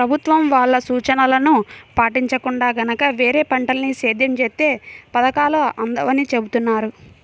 ప్రభుత్వం వాళ్ళ సూచనలను పాటించకుండా గనక వేరే పంటల్ని సేద్యం చేత్తే పథకాలు అందవని చెబుతున్నారు